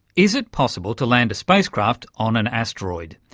is it possible to land a spacecraft on an asteroid?